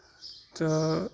تہٕ